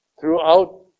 Throughout